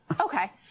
Okay